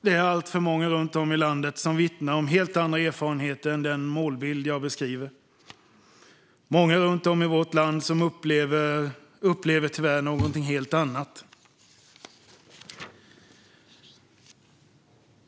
det är alltför många runt om i landet som vittnar om helt andra erfarenheter än den målbild jag beskriver. Många runt om i vårt land upplever tyvärr någonting helt annat.